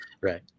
Right